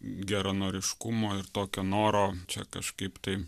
geranoriškumo ir tokio noro čia kažkaip tai